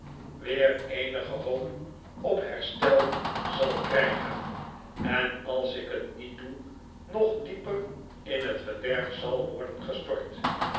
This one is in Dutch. schurk eenige hoop op herstel zal krijgen en als ik het niet doe nog dieper in het verderf zal worden gestort